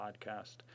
podcast